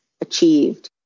achieved